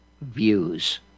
views